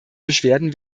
beschwerden